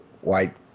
white